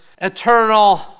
Eternal